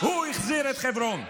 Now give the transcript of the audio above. הוא החזיר את חברון.